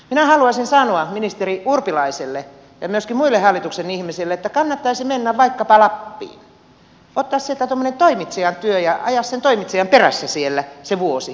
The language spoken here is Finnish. minä haluaisin sanoa ministeri urpilaiselle ja myöskin muille hallituksen ihmisille että kannattaisi mennä vaikkapa lappiin ottaa sieltä tuommoinen toimitsijan työ ja ajaa sen toimitsijan perässä siellä se vuosi